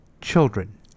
children